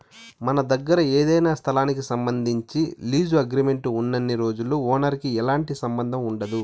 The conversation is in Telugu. మన దగ్గర ఏదైనా స్థలానికి సంబంధించి లీజు అగ్రిమెంట్ ఉన్నన్ని రోజులు ఓనర్ కి ఎలాంటి సంబంధం ఉండదు